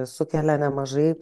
sukelia nemažai